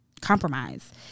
compromise